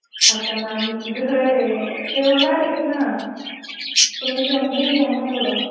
आता मॅम घर आहे हे होणारच ना तुम्ही समजून घ्या ना थोडं